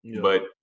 but-